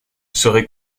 serait